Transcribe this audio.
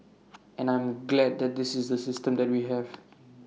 and I'm glad that this is the system that we have